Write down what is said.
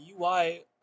UI